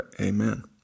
amen